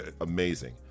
amazing